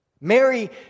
Mary